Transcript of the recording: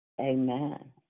Amen